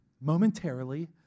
momentarily